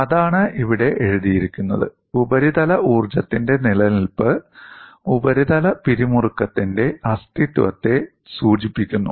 അതാണ് ഇവിടെ എഴുതിയിരിക്കുന്നത് ഉപരിതല ഊർജ്ജത്തിന്റെ നിലനിൽപ്പ് ഉപരിതല പിരിമുറുക്കത്തിന്റെ അസ്തിത്വത്തെ സൂചിപ്പിക്കുന്നു